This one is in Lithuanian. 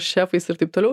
šefais ir taip toliau